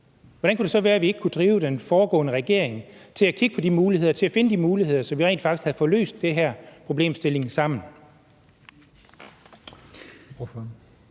Hvordan kan det så være, vi ikke kunne drive den foregående regering til at kigge på de muligheder og finde de muligheder, så vi rent faktisk havde fået løst den her problemstilling sammen?